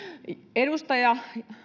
edustaja